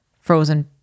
frozen